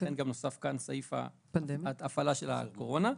לכן נוסף גם סעיף ההפעלה של הקורונה.